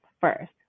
first